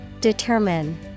Determine